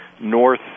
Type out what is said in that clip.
North